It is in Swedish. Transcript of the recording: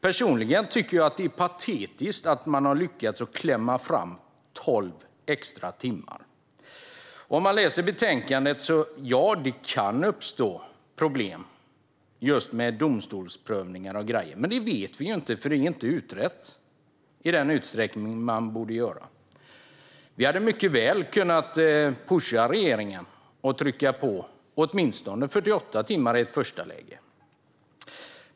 Personligen tycker jag att det är patetiskt att man bara har lyckats klämma fram 12 extra timmar. Av betänkandet framgår att det kan uppstå problem med domstolsprövningar och andra grejer. Men det vet vi inte, för det är inte utrett i den utsträckning som borde ske. Vi hade mycket väl kunnat pusha regeringen och trycka på för åtminstone 48 timmar i ett första läge.